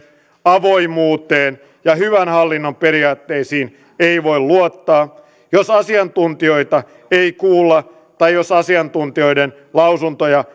avoimuuteen ja hyvän hallinnon periaatteisiin ei voi luottaa jos asiantuntijoita ei kuulla tai jos asiantuntijoiden lausuntoja